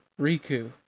Riku